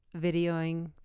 videoing